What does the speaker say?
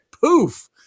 poof